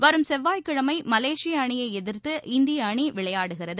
வரும் செவ்வாய் கிழமைமலேசியஅணியைஎதிா்த்து இந்தியஅணிவிளையாடுகிறது